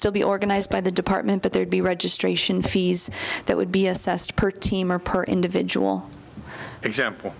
still be organized by the department but there'd be registration fees that would be assessed per team or per individual